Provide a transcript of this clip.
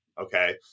okay